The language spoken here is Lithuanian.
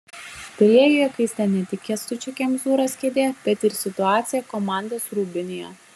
pirėjuje kaista ne tik kęstučio kemzūros kėdė bet ir situacija komandos rūbinėje